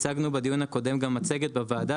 הצגנו בדיון הקודם גם מצגת בוועדה